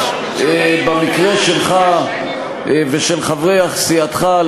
במקרה שלך ושל חברי סיעתך,